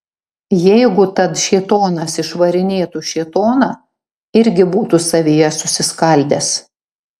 jeigu tad šėtonas išvarinėtų šėtoną irgi būtų savyje susiskaldęs